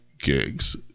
Gigs